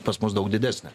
pas mus daug didesnė